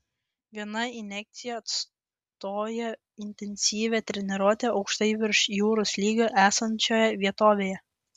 viena injekcija atstoja intensyvią treniruotę aukštai virš jūros lygio esančioje vietovėje